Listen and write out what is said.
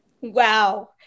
Wow